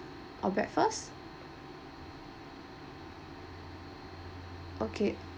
or breakfast okay